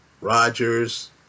Rodgers